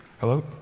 Hello